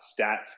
stats